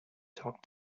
talk